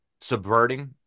subverting